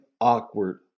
awkward